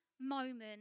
moment